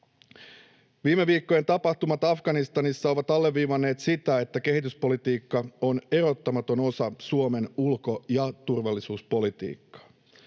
Viime viikkojen tapahtumat Afganistanissa ovat alleviivanneet sitä, että kehityspolitiikka on erottamaton osa Suomen ulko- ja turvallisuuspolitiikkaa.